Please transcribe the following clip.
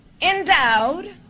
endowed